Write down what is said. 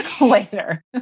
later